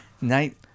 Night